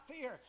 fear